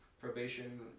probation